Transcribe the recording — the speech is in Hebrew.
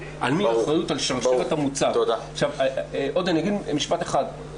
על מי האחריות על שרשרת ה- -- אגיד עוד משפט אחד.